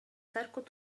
تركض